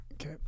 okay